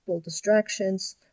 distractions